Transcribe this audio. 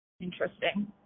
interesting